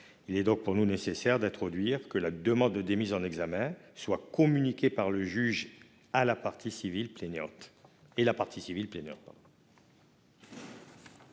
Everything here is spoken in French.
Il est donc nécessaire de prévoir que la demande de démise en examen soit communiquée par le juge et la partie civile plaignante.